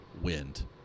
wind